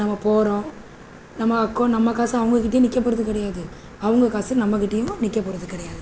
நம்ம போகிறோம் நம்ம அக்கவுண்ட் நம்ம காசு அவங்ககிட்டையே நிற்க போகிறது கிடையாது அவங்க காசு நம்ம கிட்டேயும் நிற்க போகிறது கிடையாது